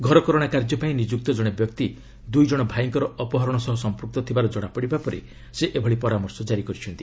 ଘରକରଣା କାର୍ଯ୍ୟ ପାଇଁ ନିଯୁକ୍ତ କଣେ ବ୍ୟକ୍ତି ଦୁଇ ଜଣ ଭାଇଙ୍କ ଅପହରଣ ସହ ସମ୍ପ୍ରକ୍ତ ଥିବାର ଜଣାପଡ଼ିବା ପରେ ସେ ଏଭଳି ପରାମର୍ଶ କାରି କରିଛନ୍ତି